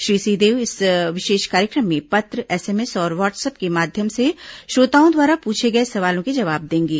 श्री सिंहदेव इस विशेष कार्यक्रम में पत्र एसएमएस और व्हाट्सअप के माध्यम से श्रोताओं द्वारा पूछे गए सवालों के जवाब देंगे